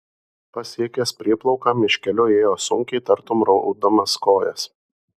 pasiekęs prieplauką miškeliu ėjo sunkiai tartum raudamas kojas